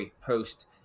post